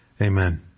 Amen